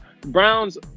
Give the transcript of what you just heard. Browns